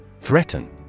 Threaten